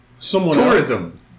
tourism